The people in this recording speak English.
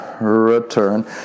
return